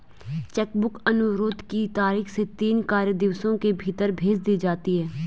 check book अनुरोध की तारीख से तीन कार्य दिवसों के भीतर भेज दी जाती है